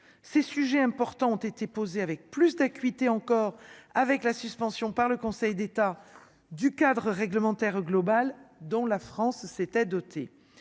ces sujets importants ont été posées avec plus d'acuité encore avec la suspension par le Conseil d'État du cadre réglementaire global, dont la France s'était dotée,